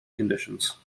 conditions